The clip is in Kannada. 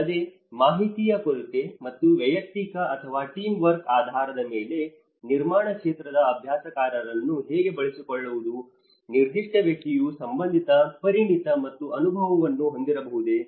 ಅಲ್ಲದೆ ಮಾಹಿತಿಯ ಕೊರತೆ ಮತ್ತು ವೈಯಕ್ತಿಕ ಅಥವಾ ಟೀಮ್ವರ್ಕ್ ಆಧಾರದ ಮೇಲೆ ನಿರ್ಮಾಣ ಕ್ಷೇತ್ರದ ಅಭ್ಯಾಸಕಾರರನ್ನು ಹೇಗೆ ಬಳಸಿಕೊಳ್ಳುವುದು ನಿರ್ದಿಷ್ಟ ವ್ಯಕ್ತಿಯು ಸಂಬಂಧಿತ ಪರಿಣತಿ ಮತ್ತು ಅನುಭವವನ್ನು ಹೊಂದಿರಬಹುದೇ